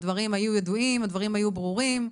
הדברים היו ידועים, הדברים היו ברורים.